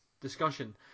discussion –